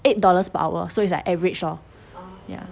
eight dollars per hour so it's like average lor ya